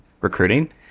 recruiting